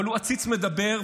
אבל הוא עציץ מדבר,